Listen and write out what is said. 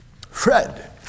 Fred